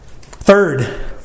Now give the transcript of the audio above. Third